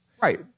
Right